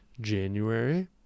January